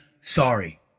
Sorry